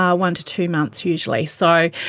um one to two months usually. so